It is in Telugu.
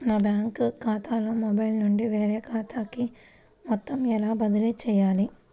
నా బ్యాంక్ ఖాతాలో మొబైల్ నుండి వేరే ఖాతాకి మొత్తం ఎలా బదిలీ చేయాలి?